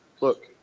look